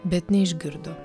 bet neišgirdo